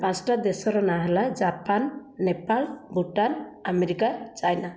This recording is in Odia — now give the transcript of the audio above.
ପାଞ୍ଚୋଟି ଦେଶର ନାଁ ହେଲା Japan Nepal Bhutan America China